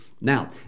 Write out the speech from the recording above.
Now